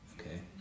okay